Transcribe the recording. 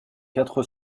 quatre